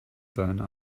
seine